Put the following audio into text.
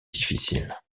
difficile